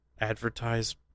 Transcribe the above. Advertise